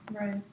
Right